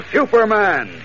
Superman